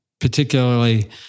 particularly